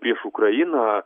prieš ukrainą